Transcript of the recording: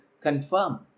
confirm